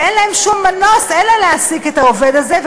ואין להם מנוס מלהעסיק את העובד הזה,